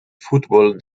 fútbol